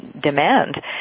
demand